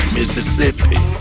Mississippi